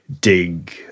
dig